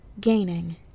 Gaining